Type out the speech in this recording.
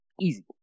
Easy